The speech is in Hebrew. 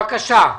בבקשה,